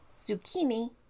zucchini